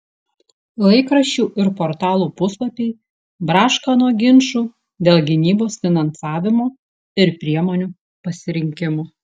laikraščių ir portalų puslapiai braška nuo ginčų dėl gynybos finansavimo ir priemonių pasirinkimo